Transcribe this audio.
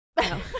No